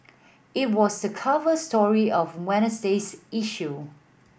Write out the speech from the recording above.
it was the cover story of Wednesday's issue